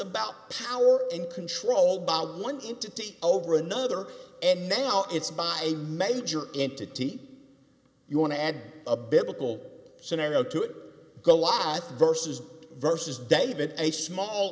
about power and control by one entity over another and now it's by a major entity you want to add a biblical scenario to it go a lot versus versus david a small